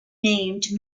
named